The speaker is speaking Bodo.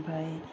आमफ्राय